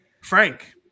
Frank